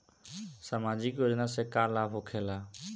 समाजिक योजना से का लाभ होखेला?